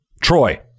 Troy